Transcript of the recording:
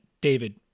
David